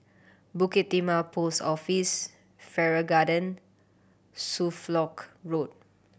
Bukit Timah Post Office Farrer Garden Suffolk Road